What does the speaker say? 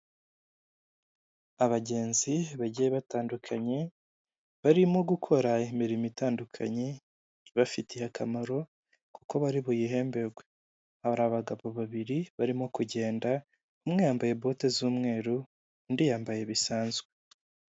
Abagenzi bagiye batandukanye barimo gukora imirimo itandukanye ibafitiye akamaro kuko bari buyihemberwe, hari abagabo babiri barimo kugenda umwe yambaye bote z'umweru undi yambaye bisanzwe.